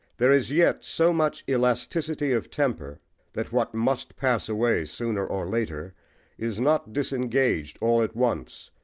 there is yet so much elasticity of temper that what must pass away sooner or later is not disengaged all at once,